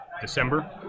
December